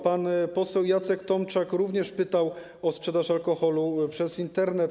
Pan poseł Jacek Tomczak również pytał o sprzedaż alkoholu przez Internet.